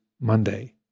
Monday